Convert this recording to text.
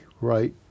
right